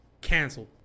canceled